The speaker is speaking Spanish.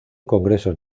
congresos